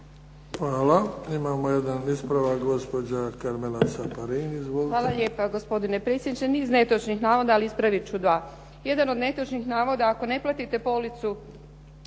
Caparin. Izvolite. **Caparin, Karmela (HDZ)** Hvala lijepa, gospodine predsjedniče. Niz netočnih navoda, ali ispravit ću dva. Jedan od netočnih navoda, ako ne platite policu